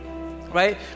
right